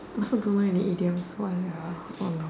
I also don't know any idioms oh no